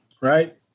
right